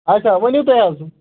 اچھا ؤنِو تُہۍ حظ